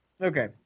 Okay